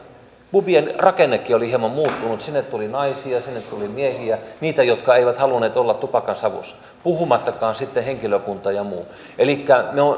pubien rakennekin oli hieman muuttunut sinne tuli naisia sinne tuli miehiä niitä jotka eivät halunneet olla tupakansavussa puhumattakaan sitten henkilökunnasta ja muusta elikkä me